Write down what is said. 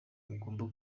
mugomba